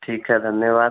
ठीक है धन्यवाद